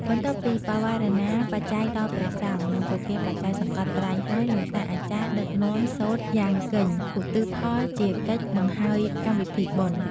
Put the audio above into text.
បន្ទាប់ពីបវារណាបច្ច័យដល់ព្រះសង្ឃ និងប្រគេនបច្ច័យសង្កត់ត្រៃហើយ លោកតាអាចារ្យដឹកនាំសូត្រយំកិញ្ចិ ឧទ្ទិសផលជាកិច្ចបង្ហើយកម្មវិធីបុណ្យ។